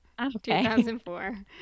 2004